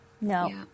No